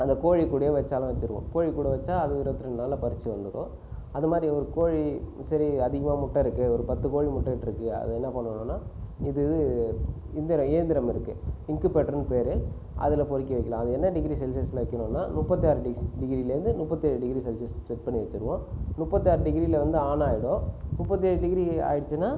அந்தக் கோழி கூடவே வைச்சாலும் வெச்சுருவோம் கோழிக்கூடை வெச்சால் அது இருவத்தி ரெண்டு நாளில் பொரிச்சி வந்துடும் அது மாதிரி ஒரு கோழி சரி அதிகமாக முட்டை இருக்குது ஒரு பத்து கோழி முட்டை இட்டுருக்குது அது என்ன பண்ணனும்னால் இது இந்த இயந்திரம் இருக்குது இன்குபேட்டர்னு பேர் அதில் பொரிக்க வைக்கலாம் அது என்ன டிகிரி செல்ஷியஸில் வைக்கணும்னா முப்பத்தி ஆறு டிகிரிலிருந்து முப்பத்தி ஏழு டிகிரி செல்ஷியஸ் செட் பண்ணி வெச்சுருவோம் முப்பத்தி ஆறு டிகிரியில் வந்து ஆன் ஆகிடும் முப்பத்தி ஏழு டிகிரி ஆயிடுச்சுன்னால்